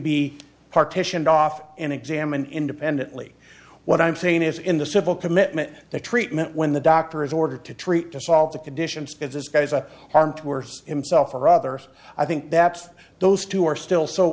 be partitioned off and examined independently what i'm saying is in the civil commitment the treatment when the doctor is ordered to treat to solve the conditions if this guy's a aren't worth him self or others i think that's those two are still so